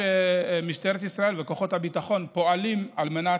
משטרת ישראל וכוחות הביטחון פועלים על מנת